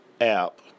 app